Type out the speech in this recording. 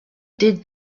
did